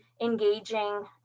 engaging